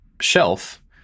shelf